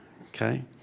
okay